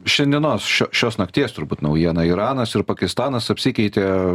šiandienos šio šios nakties turbūt naujiena iranas ir pakistanas apsikeitė